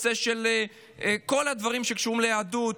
בכל הדברים שקשורים ליהדות,